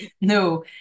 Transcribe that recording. No